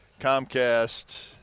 Comcast